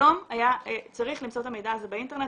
היום היה צריך למצוא את המידע הזה באינטרנט